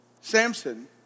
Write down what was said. Samson